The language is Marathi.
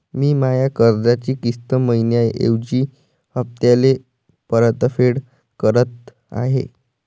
मी माया कर्जाची किस्त मइन्याऐवजी हप्त्याले परतफेड करत आहे